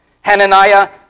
Hananiah